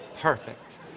perfect